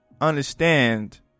understand